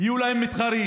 יהיו להם מתחרים,